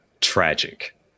tragic